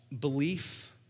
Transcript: Belief